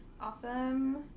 awesome